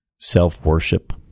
self-worship